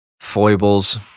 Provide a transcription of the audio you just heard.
foibles